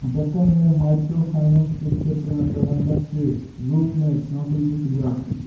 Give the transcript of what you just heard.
जतिन में micro finance के क्षेत्र में प्रबंधक के रूप में नौकरी की शुरुआत की